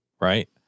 right